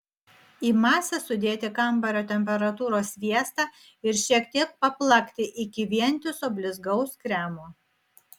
į masę sudėti kambario temperatūros sviestą ir šiek tiek paplakti iki vientiso blizgaus kremo